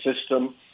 system